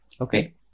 Okay